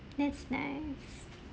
that's nice